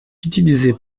utilisée